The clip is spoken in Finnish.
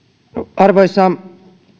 arvoisa